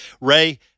Ray